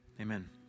Amen